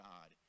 God